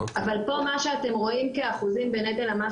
אבל פה מה שאתם רואים כאחוזים בנטל המס